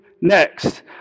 next